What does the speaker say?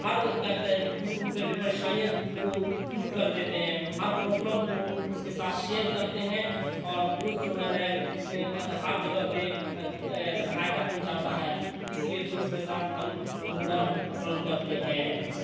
ہر پریشانیاں کو دور کر دیتے ہیں ہر پرابلم کو اس کے ساتھ شیئر کرتے ہیں اور دوست جو ہے نا ہر جگہ پہ سہایتا پہنچاتا ہے اس لیے دوست کے ساتھ ہم گھومنا پسند کرتے ہیں